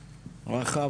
רחב,